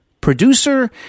producer